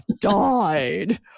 died